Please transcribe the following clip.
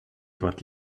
dort